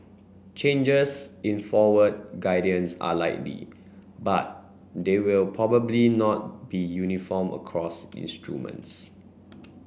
changes in forward guidance are likely but they will probably not be uniform across instruments